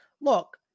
Look